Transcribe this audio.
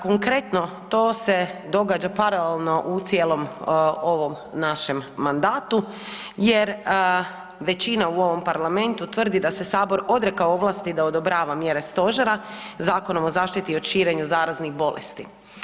Konkretno, to se događa paralelno u cijelom ovom našem mandatu jer većina u ovom parlamentu tvrdi da se sabor odrekao ovlasti da odobrava mjere stožera Zakonom o zaštiti od širenja od zaraznih bolesti.